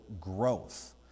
growth